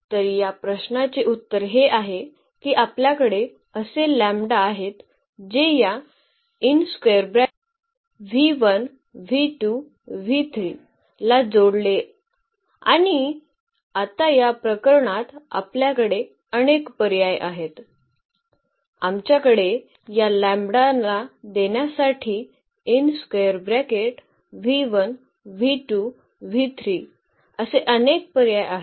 तर या प्रश्नाचे उत्तर हे आहे की आपल्याकडे असे लँबडा आहेत जे याला जोडेल आणि आता या प्रकरणात आपल्याकडे अनेक पर्याय आहेत आमच्याकडे या लँबडा ना देण्यासाठी असे अनेक पर्याय आहेत